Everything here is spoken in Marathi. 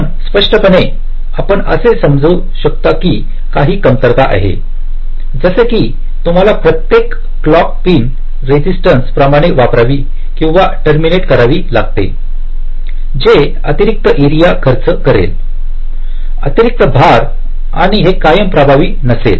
पण स्पष्टपणे आपण समजू शकता की काही कमतरता आहेत जसे की तुम्हाला प्रत्येक क्लॉक पिन रेजिस्टन्स प्रमाणे वापरावी किंवा टर्मिनेट करावी लागते जे अतिरिक्त एरिया खर्च करेलअतिरिक्त भारआणि हे कायम प्रभावी नसेल